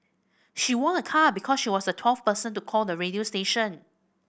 she won a car because she was the twelfth person to call the radio station